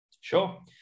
sure